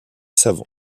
savant